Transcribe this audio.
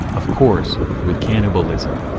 of course, with cannibalism.